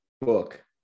book